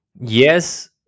yes